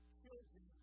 children